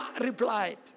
replied